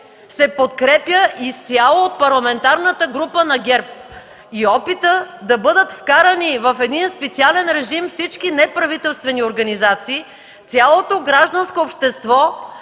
се подкрепя изцяло от Парламентарната група на ГЕРБ! Опитът да бъдат вкарани в един специален режим всички неправителствени организации, цялото гражданско общество